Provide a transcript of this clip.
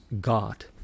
god